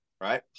right